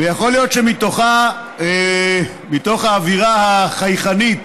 ויכול להיות, מתוך האווירה החייכנית